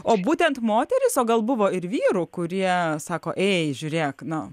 o būtent moterys o gal buvo ir vyrų kurie sako ei žiūrėk na